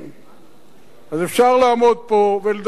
אז אפשר לעמוד פה ולדבר על ריבונות,